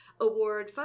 Award